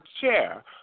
chair